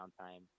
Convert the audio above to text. downtime